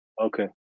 Okay